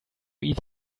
eat